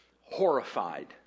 horrified